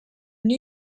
new